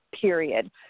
Period